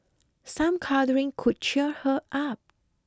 some cuddling could cheer her up